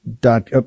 dot